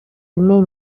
نمی